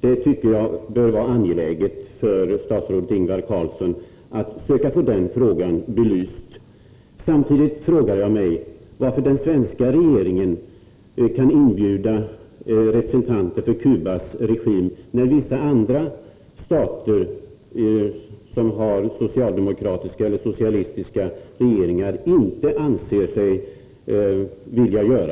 Det bör vara angeläget för statsrådet att söka få den frågan Nr